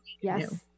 yes